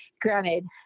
Granted